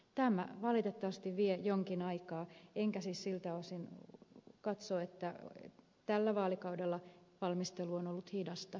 tämä valitettavasti vie jonkin aikaa enkä siis siltä osin katso että tällä vaalikaudella valmistelu on ollut hidasta